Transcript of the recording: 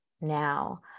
Now